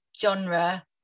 genre